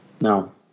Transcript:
No